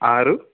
ఆరు